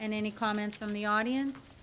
and any comments from the audience